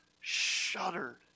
shuddered